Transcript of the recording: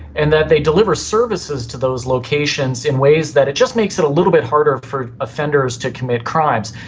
and that they deliver services to those locations in ways that it just makes it a little bit harder for offenders to commit crimes.